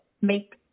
make